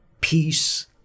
peace